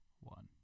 one